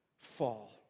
Fall